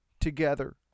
together